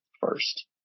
first